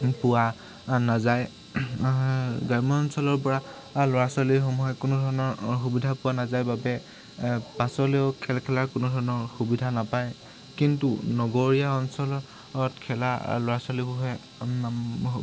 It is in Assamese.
পোৱা নাযায় গ্ৰাম্য অঞ্চলৰ পৰা ল'ৰা ছোৱালীসমূহে কোনো ধৰণৰ সুবিধা পোৱা নাযায় বাবে পাছলৈও খেল খেলাৰ কোনো ধৰণৰ সুবিধা নাপায় কিন্তু নগৰীয়া অঞ্চলত খেলা ল'ৰা ছোৱালীবোৰে